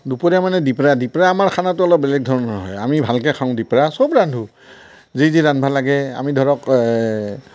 দুপৰীয়া মানে দিপৰা দিপৰা আমাৰ খানাটো অলপ বেলেগ ধৰণৰ হয় আমি ভালকৈ খাওঁ দিপৰা চব ৰান্ধোঁ যি যি ৰান্ধবা লাগে আমি ধৰক এ